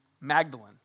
Magdalene